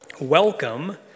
welcome